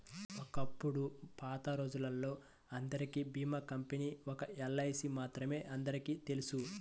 ఒకప్పుడు పాతరోజుల్లో అందరికీ భీమా కంపెనీ ఒక్క ఎల్ఐసీ మాత్రమే అందరికీ తెలుసు